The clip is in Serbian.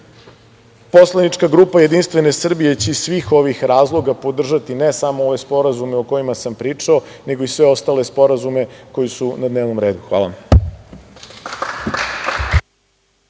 radnika. Poslanička grupa JS će iz svih ovih razloga podržati ne samo ove sporazume o kojima sam pričao, nego i sve ostale sporazume koji su na dnevnom redu. Hvala